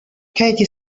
katie